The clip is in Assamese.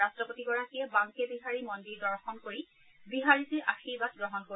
ৰাট্টপতিগৰাকীয়ে বাংকে বিহাৰী মন্দিৰ দৰ্শন কৰি বিহাৰীজীৰ আশীৰ্বাদ গ্ৰহণ কৰিব